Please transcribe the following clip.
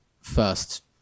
first